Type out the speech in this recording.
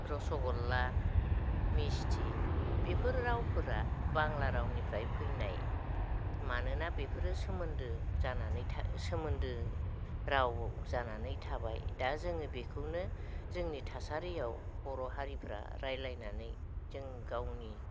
रस'गल्ला मिस्टि बेफोर रावफोरा बांला रावफोरनिफ्राय फैनाय मानोना बेफोरो सोमोन्दो जानानै था सोमोन्दो रावआव जानानै थाबाय दा जोङो बेखौनो जोंनि थासारिआव बर' हारिफ्रा रायज्लायनानै जों गावनि